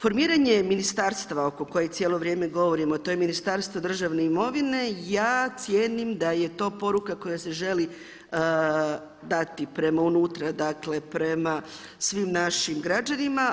Formiranje ministarstva oko kojeg cijelo vrijeme govorimo, a to je Ministarstvo državne imovine ja cijenim da je to poruka koja se želi dati prema unutra, dakle prema svim našim građanima.